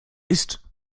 ist